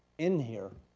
in here,